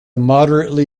moderately